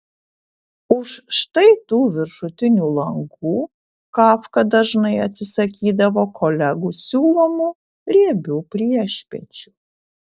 už štai tų viršutinių langų kafka dažnai atsisakydavo kolegų siūlomų riebių priešpiečių